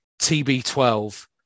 TB12